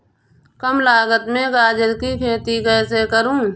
कम लागत में गाजर की खेती कैसे करूँ?